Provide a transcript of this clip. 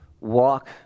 walk